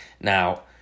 Now